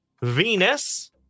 Venus